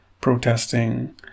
protesting